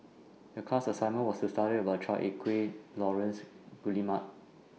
The class assignment was to study about Chua Ek Kay Laurence Guillemard